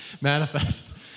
manifest